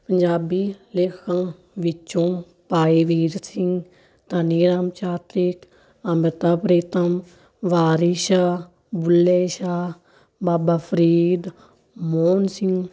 ਪੰਜਾਬੀ ਲੇਖਕਾਂ ਵਿੱਚੋਂ ਭਾਈ ਵੀਰ ਸਿੰਘ ਧਨੀ ਰਾਮ ਚਾਤ੍ਰਿਕ ਅੰਮਿਤਾ ਪ੍ਰੀਤਮ ਵਾਰਿਸ਼ ਸ਼ਾਹ ਬੁੱਲੇ ਸ਼ਾਹ ਬਾਬਾ ਫਰੀਦ ਮੋਹਨ ਸਿੰਘ